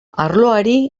arloari